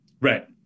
Right